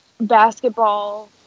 Basketball